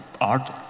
art